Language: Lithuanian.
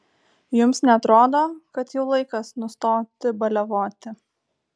jums neatrodo kad jau laikas nustoti baliavoti